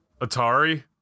Atari